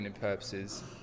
purposes